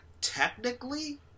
technically